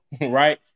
right